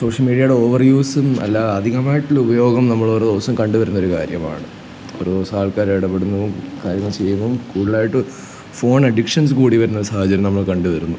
social മീഡിയേടെ over യൂസും അല്ല അധികമായിട്ടുള്ള ഉപയോഗം നമ്മളൊരോ ദിവസം കണ്ടു വരുന്നൊരു കാര്യമാണ് ഒരു ദിവസം ആൾക്കാരിടപെടുന്നതും കാര്യങ്ങൾ ചെയ്യുന്നതും കൂടുതലായിട്ട് ഫോൺ അഡിക്ഷൻസ് കൂടി വരുന്നൊരു സാഹചര്യം നമ്മള് കണ്ടുവരുന്നു